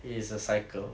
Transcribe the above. it is a cycle